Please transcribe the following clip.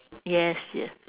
yes yes